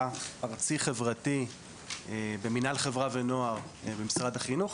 ארצי חברתי במנהל חברה ונוער במשרד החינוך.